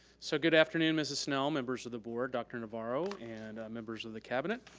so good afternoon, mrs. snell, members of the board, dr. navarro and members of the cabinet.